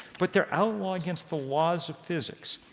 but they're outlaw against the laws of physics.